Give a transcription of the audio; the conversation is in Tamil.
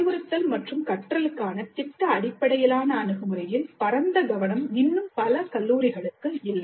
அறிவுறுத்தல் மற்றும் கற்றலுக்கான திட்ட அடிப்படையிலான அணுகுமுறையில் பரந்த கவனம் இன்னும் பல கல்லூரிகளுக்கு இல்லை